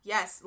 Yes